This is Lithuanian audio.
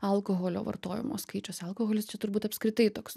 alkoholio vartojimo skaičiuose alkoholis čia turbūt apskritai toks